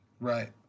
Right